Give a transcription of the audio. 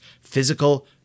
physical